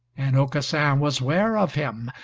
and aucassin was ware of him,